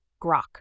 Grok